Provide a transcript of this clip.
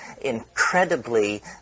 incredibly